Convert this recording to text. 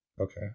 Okay